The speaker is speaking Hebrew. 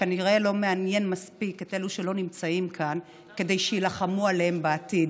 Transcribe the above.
וכנראה לא מעניין מספיק את אלו שלא נמצאים כאן כדי שיילחמו עליהם בעתיד.